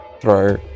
throw